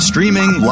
Streaming